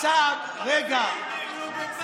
אפילו בצלאל לא מבין,